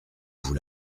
vous